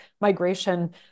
migration